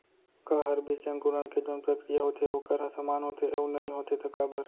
का हर बीज के अंकुरण के जोन प्रक्रिया होथे वोकर ह समान होथे, अऊ नहीं होथे ता काबर?